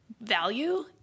value